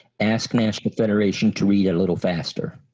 ask national federation to read a little faster.